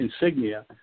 insignia